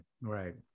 Right